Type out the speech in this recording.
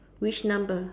which number